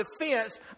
defense